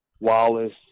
Wallace